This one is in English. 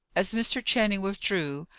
as mr. channing withdrew,